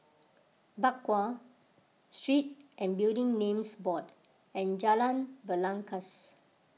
Bakau Street and Building Names Board and Jalan Belangkas